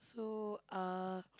so uh